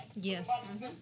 Yes